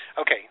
Okay